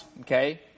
okay